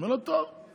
אומר לו: טוב.